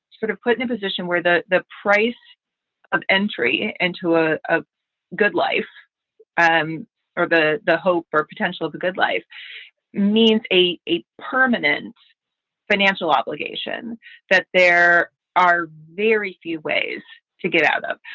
sort of put in a position where the the price of entry into a a good life um or the the hope or potential of a good life means a a permanent financial obligation that there are very few ways to get out of.